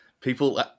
People